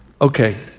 Okay